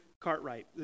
Cartwright